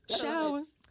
showers